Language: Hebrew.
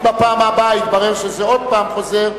אם בפעם הבאה יתברר שזה עוד פעם חוזר,